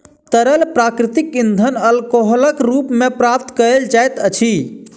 तरल प्राकृतिक इंधन अल्कोहलक रूप मे प्राप्त कयल जाइत अछि